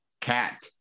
Cat